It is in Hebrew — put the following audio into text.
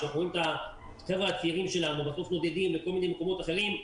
כשאנחנו רואים את החבר'ה הצעירים שלנו נודדים לכל מיני מקומות אחרים,